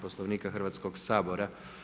Poslovnika Hrvatskog sabora.